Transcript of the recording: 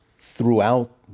throughout